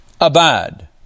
Abide